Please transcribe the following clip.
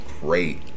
great